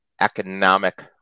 economic